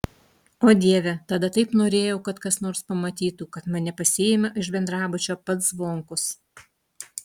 o dieve tada taip norėjau kad kas nors pamatytų kad mane pasiima iš bendrabučio pats zvonkus